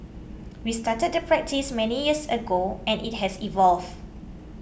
we started the practice many years ago and it has evolved